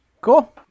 Cool